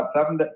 seven